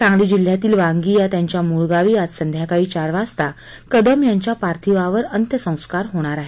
सांगली जिल्ह्यातील वांगी या त्यांच्या मूळ गावी आज संध्याकाळी चार वाजता कदम यांच्या पार्थिवावर अंत्यसंस्कार होणार आहेत